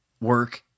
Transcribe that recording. work